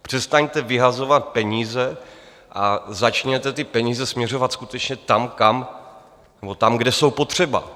Přestaňte vyhazovat peníze a začněte peníze směřovat skutečně tam, kde jsou potřeba.